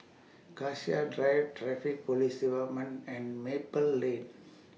Cassia Drive Traffic Police department and Maple Lane